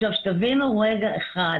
עכשיו שתבינו רגע אחד,